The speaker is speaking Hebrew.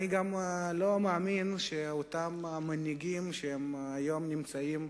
אני גם לא מאמין שאותם מנהיגים שהיום נמצאים